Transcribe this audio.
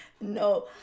no